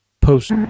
post-